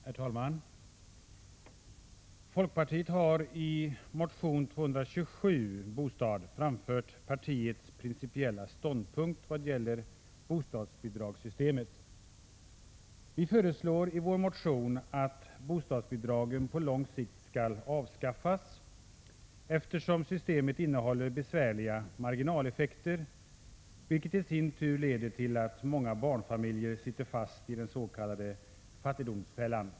Herr talman! Folkpartiet har i motion Bo227 framfört partiets principiella ståndpunkt vad gäller bostadsbidragssystemet. Vi föreslår i vår motion att bostadsbidragen på lång sikt skall avskaffas, eftersom systemet innehåller besvärliga marginaleffekter, vilket i sin tur leder till att många barnfamiljer sitter fast i den s.k. fattigdomsfällan.